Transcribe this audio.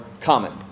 common